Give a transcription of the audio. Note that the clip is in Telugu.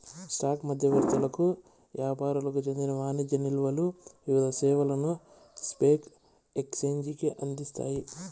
స్టాక్ మధ్యవర్తులకు యాపారులకు చెందిన వాణిజ్య నిల్వలు వివిధ సేవలను స్పాక్ ఎక్సేంజికి అందిస్తాయి